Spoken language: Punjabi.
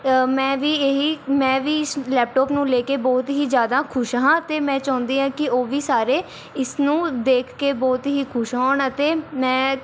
ਮੈਂ ਵੀ ਇਹੀ ਮੈਂ ਵੀ ਇਸ ਲੈਪਟੋਪ ਨੂੰ ਲੈ ਕੇ ਬਹੁਤ ਹੀ ਜਿਆਦਾ ਖੁਸ਼ ਹਾਂ ਅਤੇ ਮੈਂ ਚਾਹੁੰਦੀ ਹਾਂ ਕਿ ਉਹ ਵੀ ਸਾਰੇ ਇਸ ਨੂੰ ਦੇਖ ਕੇ ਬਹੁਤ ਹੀ ਖੁਸ਼ ਹੋਣ ਅਤੇ ਮੈਂ